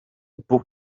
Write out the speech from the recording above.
book